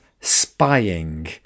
spying